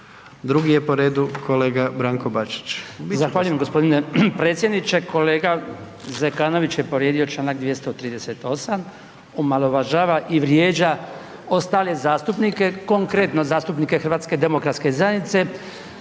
Drugi je po redu kolega Branko Bačić.